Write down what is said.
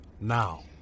now